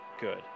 good